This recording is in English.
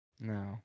No